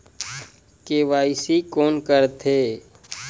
KYC कोन करथे?